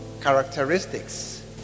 characteristics